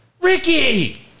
Ricky